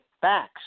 facts